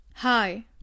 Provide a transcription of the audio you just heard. Hi